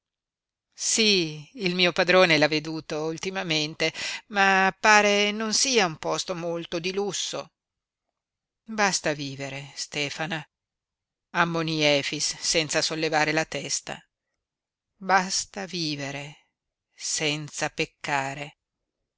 sí il mio padrone l'ha veduto ultimamente ma pare non sia un posto molto di lusso basta vivere stefana ammoní efix senza sollevare la testa basta vivere senza peccare